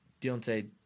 Deontay